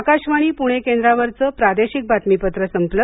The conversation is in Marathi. आकाशवाणी पुणे केंद्रावरचं प्रादेशिक बातमीपत्र संपलं